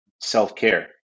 self-care